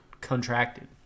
contracted